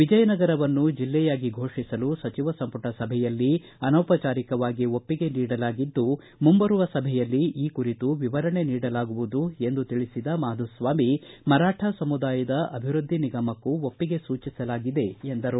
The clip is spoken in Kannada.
ವಿಜಯನಗರವನ್ನು ಜಿಲ್ಲೆಯಾಗಿ ಫೋಷಿಸಲು ಸಚಿವ ಸಂಪುಟ ಸಭೆಯಲ್ಲಿ ಅನೌಪಚಾರಿಕವಾಗಿ ಒಪ್ಪಿಗೆ ನೀಡಲಾಗಿದ್ದು ಮುಂಬರುವ ಸಭೆಯಲ್ಲಿ ಈ ಕುರಿತು ವಿವರಣೆ ನೀಡಲಾಗುವುದು ಎಂದು ತಿಳಿಸಿದ ಮಾಧುಸ್ವಾಮಿ ಮರಾಠಾ ಸಮುದಾಯ ಅಭಿವೃದ್ದಿ ನಿಗಮಕ್ಕೂ ಒಪ್ಪಿಗೆ ಸೂಚಿಸಲಾಗಿದೆ ಎಂದರು